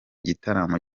gitaramo